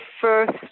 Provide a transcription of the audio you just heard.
first